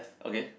okay